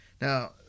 now